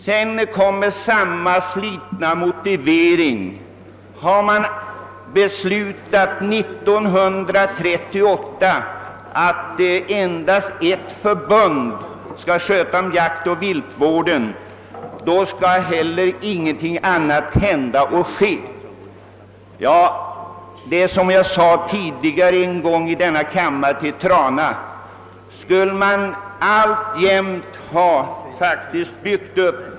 Sedan kommer man med samma slitna motivering som tidigare: om man år 1938 beslutat att endast ett förbund skall sköta om jaktoch viltvården, skall heller ingenting annat ske. Om man skulle bygga upp Sverige med hjälp av trettio år gamla beslut, var skulle vi då hamna?